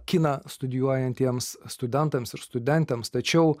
kiną studijuojantiems studentams ir studentams tačiau